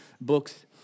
books